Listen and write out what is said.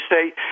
say